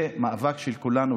זה מאבק של כולנו,